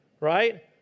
right